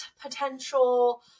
potential